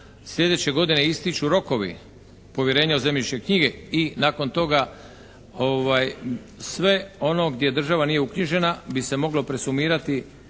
sljedeće godine ističu rokovi povjerenja u zemljišne knjige i nakon toga sve ono gdje država nije uknjižena bi se moglo presumirati